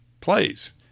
plays